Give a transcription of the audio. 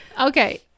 Okay